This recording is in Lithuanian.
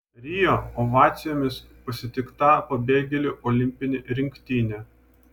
rio ovacijomis pasitikta pabėgėlių olimpinė rinktinė